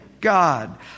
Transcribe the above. God